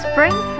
Spring